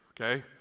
okay